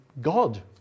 God